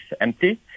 empty